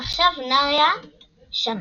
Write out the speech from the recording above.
עכשיו נריה שמע.